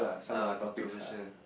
err controversial